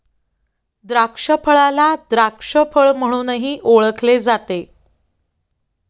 द्राक्षफळाला द्राक्ष फळ म्हणूनही ओळखले जाते